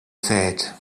said